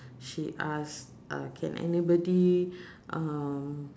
she ask uh can anybody um